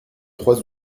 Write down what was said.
trois